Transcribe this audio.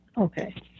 Okay